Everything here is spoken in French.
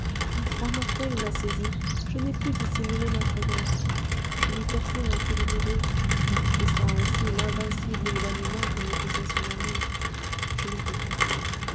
un froid mortel m'a saisie je n'ai pu dissimuler ma frayeur je lui portai un coup douloureux en manifestant ainsi l'invincible éloignement que me causait son amour je le regrette